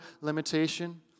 limitation